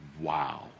Wow